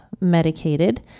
medicated